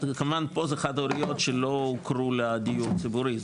כמובן פה זה חד הוריות שלא הוכרו לדיור ציבורי,